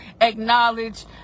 acknowledge